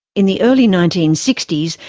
in the early nineteen sixty s,